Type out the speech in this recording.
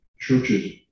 Churches